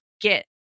get